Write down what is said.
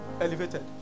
elevated